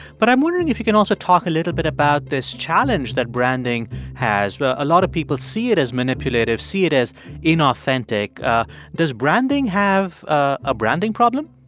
but i'm wondering if you can also talk a little bit about this challenge that branding has. ah a lot of people see it as manipulative, see it as inauthentic. ah does branding have a branding problem?